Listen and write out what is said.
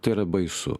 tai yra baisu